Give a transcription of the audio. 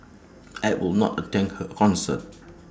I would not attend her concert